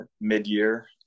mid-year